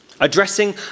Addressing